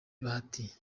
bahati